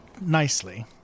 nicely